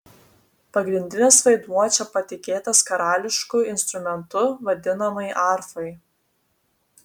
pagrindinis vaidmuo čia patikėtas karališku instrumentu vadinamai arfai